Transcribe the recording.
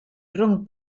rhwng